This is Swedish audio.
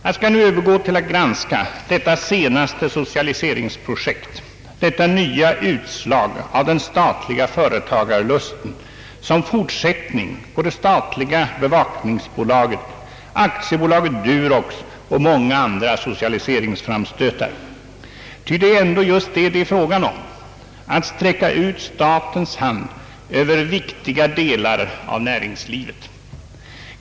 Jag skall nu övergå till att granska detta senaste socialiseringsprojekt, detta nya utslag av den statliga företagarlusten som fortsättning på det statliga bevakningsbolaget, aktiebolaget Durox och många andra socialiseringsframstötar. Ty det är ändå just det som det är frågan om: att sträcka ut statens hand över viktiga delar av näringslivet.